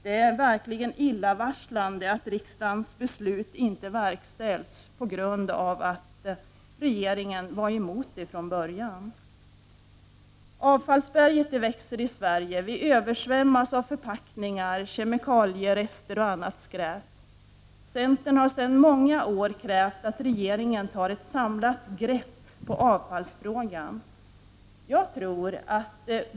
Det är verkligen illavarslande att riksdagens beslut inte verkställs på grund av att regeringen var emot det från början. Avfallsberget växer i Sverige. Vi översvämmas av förpackningar, kemikalierester och annat skräp. Centern har sedan många år krävt att regeringen tar ett samlat grepp på avfallsfrågan.